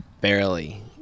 barely